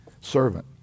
servant